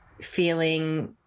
feeling